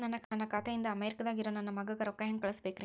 ನನ್ನ ಖಾತೆ ಇಂದ ಅಮೇರಿಕಾದಾಗ್ ಇರೋ ನನ್ನ ಮಗಗ ರೊಕ್ಕ ಹೆಂಗ್ ಕಳಸಬೇಕ್ರಿ?